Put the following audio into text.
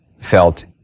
felt